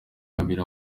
abiri